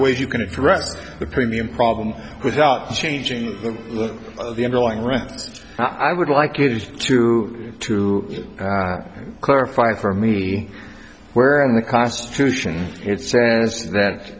ways you can address the premium problem without changing the underlying rent i would like you just to to clarify for me where in the constitution it says that